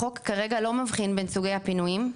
החוק כרגע לא מבחין בין סוגי הפינויים,